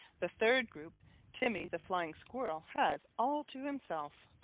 the third group timmy the flying squirrel has all to himself.